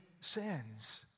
sins